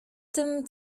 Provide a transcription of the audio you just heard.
tym